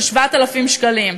של 7,000 שקלים,